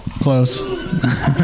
Close